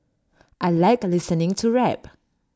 I Like listening to rap